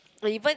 no even